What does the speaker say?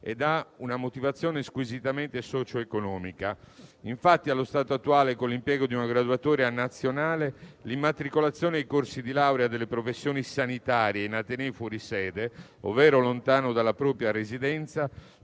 ha una motivazione squisitamente socio-economica. Infatti, allo stato attuale, con l'impiego di una graduatoria nazionale, l'immatricolazione ai corsi di laurea delle professioni sanitarie in atenei "fuori sede", ovvero lontano dalla propria residenza,